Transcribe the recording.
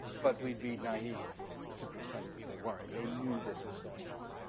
but we'd be naive to pretend that they weren't. they knew this was going on.